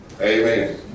Amen